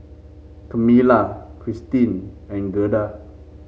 Kamilah Cristine and Gerda